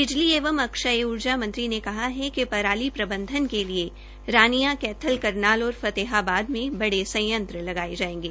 बिजली एवं अक्षय ऊर्जा मंत्री ने कहा है कि पराली प्रबंधन के लिए रानियां कैथल करनाल और फतेहाबाद में बड़े संयंत्र लगाये जायेंगे